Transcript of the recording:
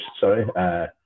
sorry